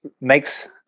makes